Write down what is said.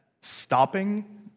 stopping